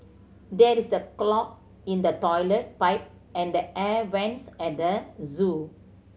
there is clog in the toilet pipe and the air vents at the zoo